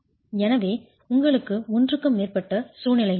எனவே உங்களுக்கு ஒன்றுக்கு மேற்பட்ட சூழ்நிலைகள் உள்ளன